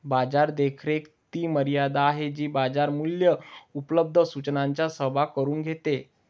बाजार देखरेख ती मर्यादा आहे जी बाजार मूल्ये उपलब्ध सूचनांचा सहभाग करून घेते